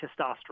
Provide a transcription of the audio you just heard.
testosterone